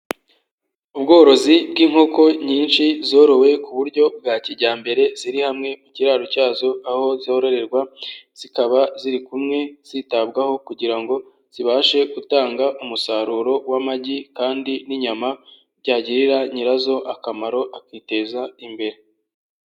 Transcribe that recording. Ubworozi bw'inkoko nyinshi zorowe ku buryo bwa kijyambere, ziri hamwe mu kiraro cyazo, aho zororerwa, zikaba ziri kumwe zitabwaho, kugira ngo zibashe gutanga umusaruro w'amagi kandi n'inyama, byagirira nyirazo akamaro akiteza imbere.